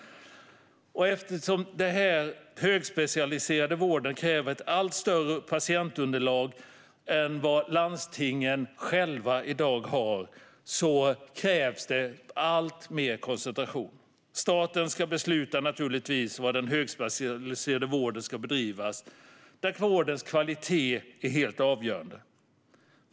Eftersom den här högspecialiserade vården kräver ett allt större patientunderlag än vad landstingen själva i dag har krävs det alltmer koncentration. Staten ska naturligtvis besluta var den högspecialiserade vården ska bedrivas. Vårdens kvalitet är helt avgörande.